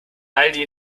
aldi